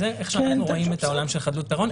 זה איך שאנחנו רואים את העולם של חדלות פירעון.